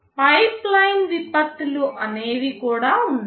pipeline విపత్తులు అనేవి కూడా ఉన్నాయి